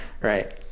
right